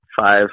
five